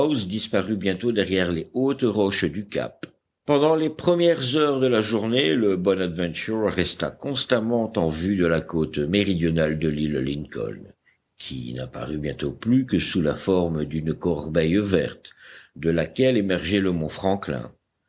disparut bientôt derrière les hautes roches du cap pendant les premières heures de la journée le bonadventure resta constamment en vue de la côte méridionale de l'île lincoln qui n'apparut bientôt plus que sous la forme d'une corbeille verte de laquelle émergeait le mont franklin